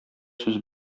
сүз